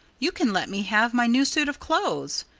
you can let me have my new suit of clothes,